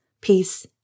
peace